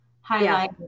highlight